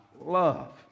love